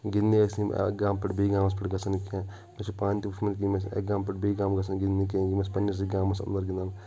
گِنٛدنہِ ٲسۍ نہٕ یِم اَکھ گام پٮ۪ٹھ بیٚیہِ گامَس پٮ۪ٹھ گژھان کینٛہہ مےٚ چھِ پانہٕ تہِ وٕچھمُت یِم ٲسۍ نہٕ اَکہِ گامہٕ پٮ۪ٹھ بیٚیہِ گام گژھان گِنٛدنہٕ کینٛہہ یِم ٲسۍ پنٛنِسٕے گامَس اَنٛدَر گِنٛدان